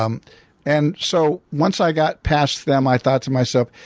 um and so once i got past them, i thought to myself,